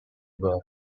worth